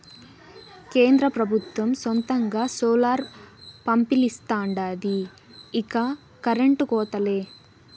కేంద్ర పెబుత్వం సొంతంగా సోలార్ పంపిలిస్తాండాది ఇక కరెంటు కోతలే